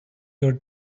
your